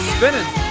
Spinning